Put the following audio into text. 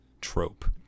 trope